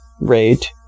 rate